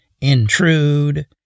intrude